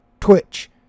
Twitch